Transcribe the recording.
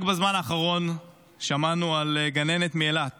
רק בזמן האחרון שמענו על גננת מאילת